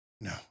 no